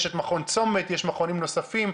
יש את מכון צומת ומכונים נוספים,